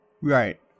Right